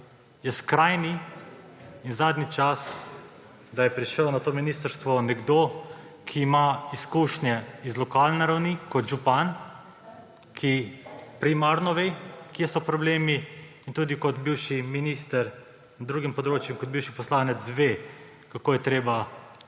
je skrajni in zadnji čas, da je prišel na to ministrstvo nekdo, ki ima izkušnje z lokalne ravni kot župan, ki primarno ve, kje so problemi, in tudi kot bivši minister na drugem področju, kot bivši poslanec ve, kako je treba